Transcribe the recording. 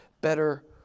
better